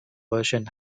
version